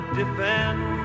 defend